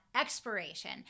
Expiration